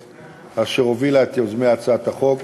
אשר הובילה את יוזמי הצעת החוק